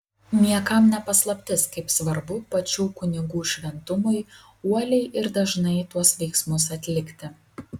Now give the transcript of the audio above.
niekam ne paslaptis kaip svarbu pačių kunigų šventumui uoliai ir dažnai tuos veiksmus atlikti